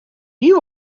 you